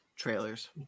Trailers